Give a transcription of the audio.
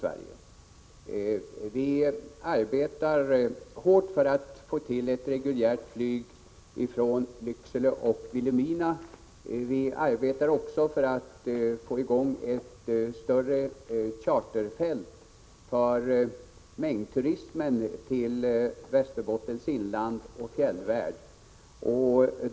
Vi arbetar hårt för att få ett reguljärt flyg från Lycksele och Vilhelmina, likaså för att få ett större charterflygfält för mängdturismen till Västerbottens inland och fjällvärld.